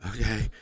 Okay